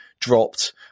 dropped